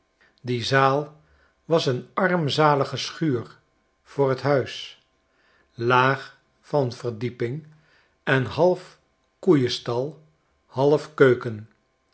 die zaal was een armzalige schuur voor het huis laag van verdieping en half koeienstal half keuken